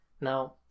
Now